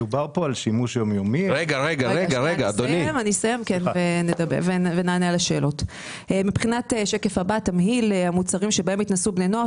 בשקף הבא תראו את תמהיל המוצרים שבהם התנסו בני נוער.